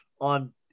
on